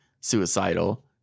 suicidal